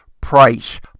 price